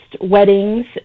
weddings